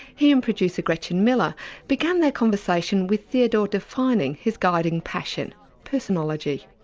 he and producer gretchen miller began their conversation with theodore defining his guiding passion personology.